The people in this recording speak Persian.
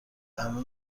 همه